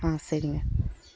ஆ சரிங்க